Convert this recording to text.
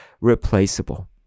replaceable